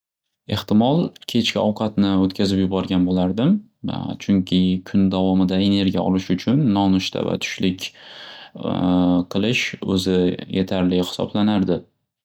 Extimol kechki ovqatni o'tkazib yuborgan bo'lardim chunki kun davomida energiya olish uchun nonushta va tushlik qilish o'zi yetarli xisoblanardi.